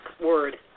word